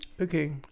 okay